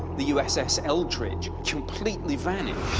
the uss eldridge, completely vanished.